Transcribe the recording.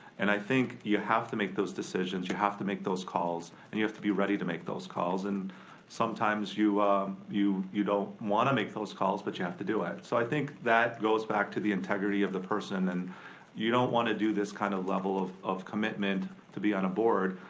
and i think you have to make those decisions. you have to make those calls. and you have to be ready to make those calls, and sometimes you you don't wanna make those calls but you have to do it. so i think that goes back to the integrity of the person. and you don't wanna do this kind of level of of commitment to be on a board,